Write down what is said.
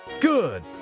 Good